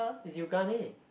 it's Yoogane